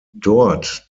dort